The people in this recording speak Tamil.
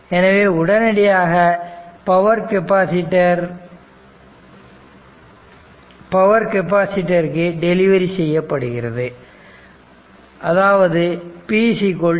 எனவே உடனடியாக பவர் கெப்பாசிட்டர் இருக்கு டெலிவரி செய்யப்படுகிறது அதாவது p v i